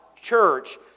church